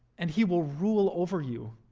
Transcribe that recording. and he will rule over you.